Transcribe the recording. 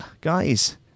Guys